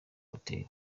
hotel